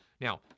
Now